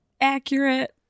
accurate